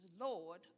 Lord